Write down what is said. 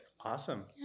Awesome